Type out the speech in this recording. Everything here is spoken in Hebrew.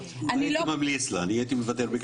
זה אחד